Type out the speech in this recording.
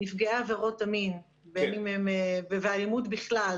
נפגעי עבירות המין והאלימות בכלל,